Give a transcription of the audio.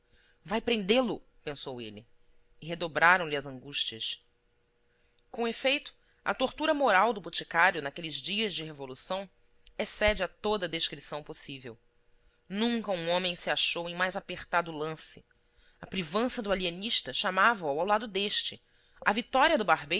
vai prendê-lo pensou ele e redobraram lhe as angústias com efeito a tortura moral do boticário naqueles dias de revolução excede a toda a descrição possível nunca um homem se achou em mais apertado lance a privança do alienista chamava-o ao lado deste a vitória do